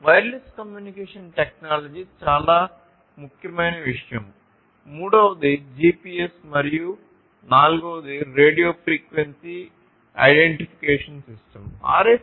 wireless communication technology చాలా ముఖ్యమైన విషయం మూడవది జిపిఎస్ మరియు నాల్గవది రేడియో ఫ్రీక్వెన్సీ ఐడెంటిఫికేషన్ సిస్టమ్